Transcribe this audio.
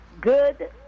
Good